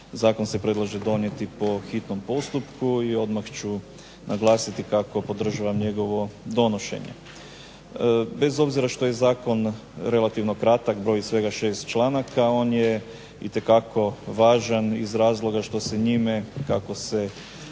zakon se predlaže donijeti po hitnom postupku i odmah ću naglasiti kako podržavam njegovo donošenje. Bez obzira što je zakon relativno kratak, broji svega šest članaka, on je itekako važan iz razloga što se njime kao što